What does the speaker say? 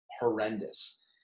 horrendous